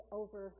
over